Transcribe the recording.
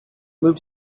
moved